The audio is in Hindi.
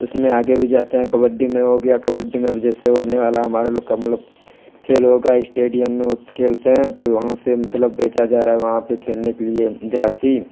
उसमें आगे भी जाते हैं कबड्डी में हो गया कबड्डी में अभी जैसे होने वाला है हमारे लोग का मतलब खेल होगा स्टेडियम में खेलते हैं तो यहाँ से मतलब भेजा जा रहा है वहाँ पे खेलने के लिए झाँसी